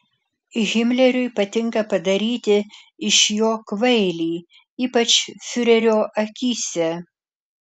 himleriui patinka padaryti iš jo kvailį ypač fiurerio akyse